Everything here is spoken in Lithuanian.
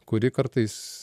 kuri kartais